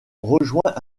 rejoint